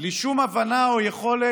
בלי שום הבנה או יכולת